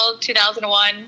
2001